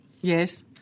yes